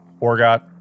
Orgot